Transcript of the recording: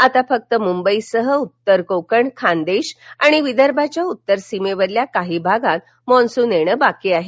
आता फक्त मुंबईसह उत्तर कोकण खानदेश आणि विदर्भाच्या उत्तरसीमेवरील काही भागात मान्सुन येणं बाकी आहे